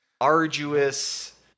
arduous